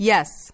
Yes